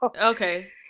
Okay